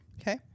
Okay